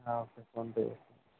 PhonePe